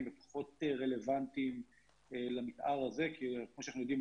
ופחות רלוונטיות למתאר הזה כי כמו שאנחנו יודעים,